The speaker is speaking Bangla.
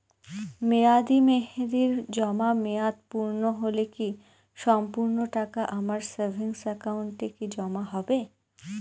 মেয়াদী মেহেদির জমা মেয়াদ পূর্ণ হলে কি সম্পূর্ণ টাকা আমার সেভিংস একাউন্টে কি জমা হবে?